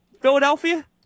Philadelphia